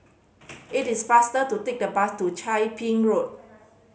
it is faster to take the bus to Chia Ping Road